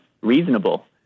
reasonable